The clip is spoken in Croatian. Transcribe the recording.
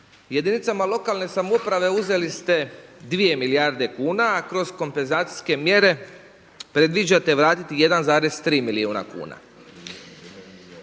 Jedinicama lokalne samouprave uzeli set dvije milijarde kuna, a kroz kompenzacijske mjere predviđate vratiti 1,3 milijarde.